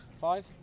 Five